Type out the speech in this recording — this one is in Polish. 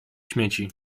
śmieci